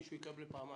מישהו יקבל פעמיים.